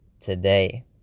today